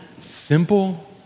simple